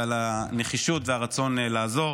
על הנחישות ועל הרצון לעזור,